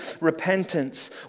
repentance